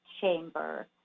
chamber